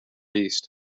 east